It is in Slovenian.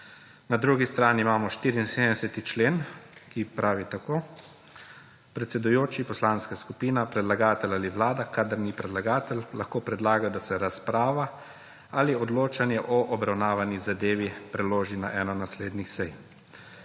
Na drugi strani imamo 74. člen, ki pravi tako, »predsedujoči, poslanska skupina, predlagatelj ali vlada, kadar ni predlagatelj, lahko predlaga, da se razprava ali odločanje o obravnavani zadevi preloži na eno od naslednjih sej«.